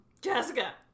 Jessica